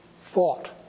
thought